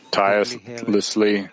tirelessly